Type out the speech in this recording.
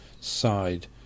Side